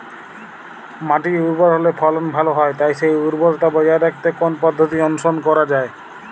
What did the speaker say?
মাটি উর্বর হলে ফলন ভালো হয় তাই সেই উর্বরতা বজায় রাখতে কোন পদ্ধতি অনুসরণ করা যায়?